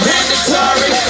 Mandatory